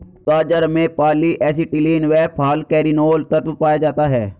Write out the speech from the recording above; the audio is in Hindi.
गाजर में पॉली एसिटिलीन व फालकैरिनोल तत्व पाया जाता है